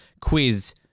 quiz